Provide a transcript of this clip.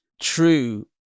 true